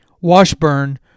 Washburn